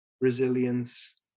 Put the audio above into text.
resilience